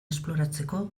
esploratzeko